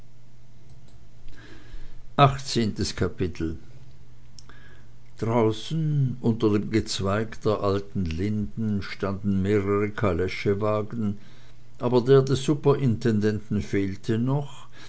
achtzehntes kapitel draußen unter dem gezweig der alten linden standen mehrere kaleschwagen aber der des superintendenten fehlte noch